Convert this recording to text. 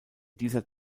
dieser